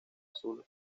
azul